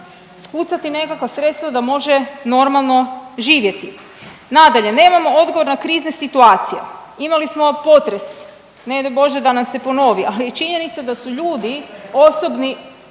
skucati nekakva sredstva da može normalno živjeti. Nadalje, nemamo odgovor na krizne situacije. Imali smo potres. Ne daj Bože da nam se ponovi. Ali činjenica je da su ljudi osobni,